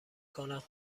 کنم